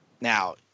Now